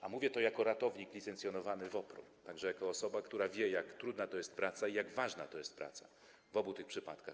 A mówię to jako ratownik licencjonowany WOPR, także jako osoba, która wie, jak trudna to jest praca i jak ważna to jest praca w obu tych przypadkach.